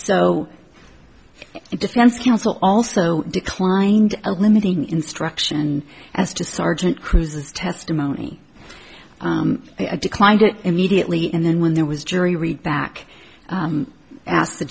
so defense counsel also declined a limiting instruction as to sergeant cruz's testimony i declined it immediately and then when there was jury read back ask the